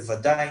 בוודאי